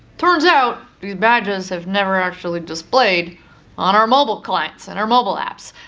turns out, these badges have never actually displayed on our mobile clients and our mobile apps.